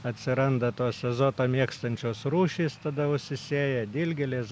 atsiranda tos ezotą mėgstančios rūšys tada užsisėja dilgėlės